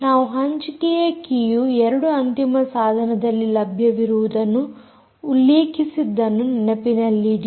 ನಾವು ಹಂಚಿಕೆಯ key U 2 ಅಂತಿಮದ ಸಾಧನದಲ್ಲಿ ಲಭ್ಯವಿರುವುದನ್ನು ಉಲ್ಲೇಖಿಸಿದ್ದನ್ನು ನೆನಪಿನಲ್ಲಿಡಿ